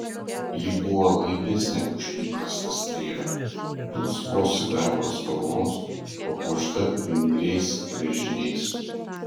ji buvo laibesnė už įprastą strėlę dulsvos sidabro spalvos papuošta vingriais raižiniais